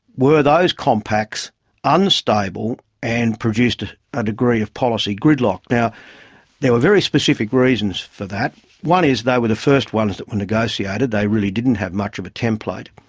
were those compacts unstable and produced a degree of policy gridlock. now there were very specific reasons for that. one is they were the first ones that negotiated they really didn't have much of a template.